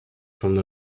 from